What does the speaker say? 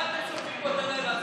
מה אתם שורפים פה את הלילה?